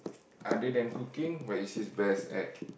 other than cooking what is she's best at